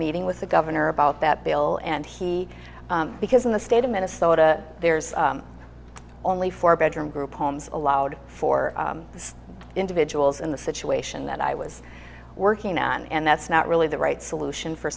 meeting with the governor about that bill and he because in the state of minnesota there's only four bedroom group homes allowed for individuals in the situation that i was working and that's not really the right solution for